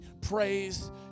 Praise